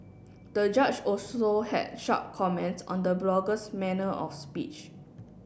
the judge also had sharp comments on the blogger's manner of speech